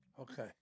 okay